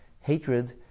hatred